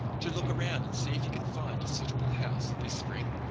to look around and see if you can find a suitable house this spring?